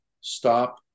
stop